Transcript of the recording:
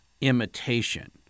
imitation